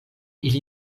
ili